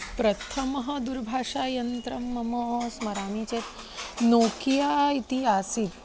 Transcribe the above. प्रथमं दूरभाषायन्त्रं मम स्मरामि चेत् नोकिया इति आसीत्